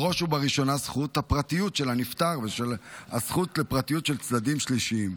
ובראש ובראשונה זכות הפרטיות של הנפטר והזכות לפרטיות של צדדים שלישיים.